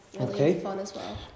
okay